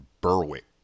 Berwick